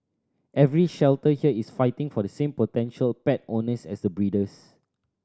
every shelter here is fighting for the same potential pet owners as the breeders